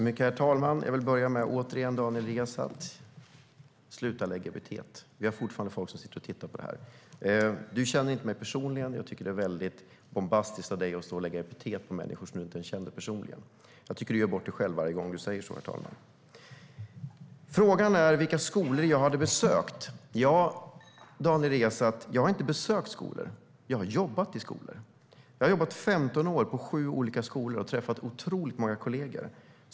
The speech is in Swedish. Herr talman! Jag vill återigen säga till Daniel Riazat: Sluta att sätta epitet. Vi har fortfarande folk som sitter och tittar på detta. Du känner inte mig personligen. Jag tycker att det är mycket bombastiskt av dig att sätta epitet på människor som du inte ens känner personligen. Jag tycker att du gör bort dig själv varje gång du säger så, Daniel Riazat. Frågan var vilka skolor som jag hade besökt. Daniel Riazat, jag har inte besökt skolor. Jag har jobbat i skolor. Jag har jobbat 15 år på sju olika skolor och träffat otroligt många kollegor.